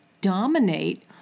dominate